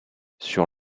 sur